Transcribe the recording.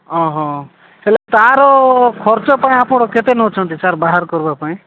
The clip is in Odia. ଅ ହ ହେଲେ ତାର ଖର୍ଚ୍ଚ ପାଇଁ ଆପଣ କେତେ ନେଉଛନ୍ତି ସାର୍ ବାହାର କରିବା ପାଇଁ